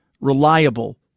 reliable